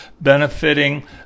benefiting